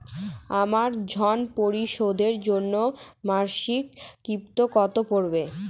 আমার ঋণ পরিশোধের জন্য মাসিক কিস্তি কত পড়বে?